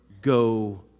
go